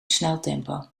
sneltempo